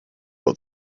what